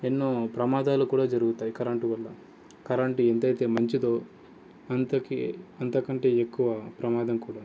ఎన్నో ప్రమాదాలు కూడా జరుగుతాయి కరెంట్ వల్ల కరెంట్ ఎంతైతే మంచిదో అంతకి అంతకంటే ఎక్కువ ప్రమాదం కూడా